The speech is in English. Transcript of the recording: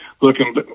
looking